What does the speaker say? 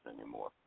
anymore